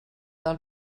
del